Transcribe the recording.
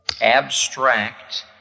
Abstract